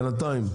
בינתיים,